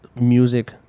music